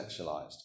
sexualized